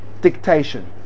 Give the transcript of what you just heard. dictation